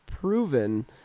proven